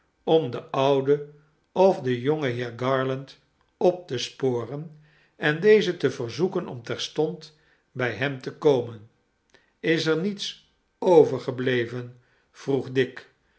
om den ouden of den jongen heer garland op te sporen en dezen te verzoeken om terstond bij hem te komen is er niets overgebleven vroeg dick